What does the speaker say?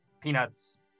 Peanuts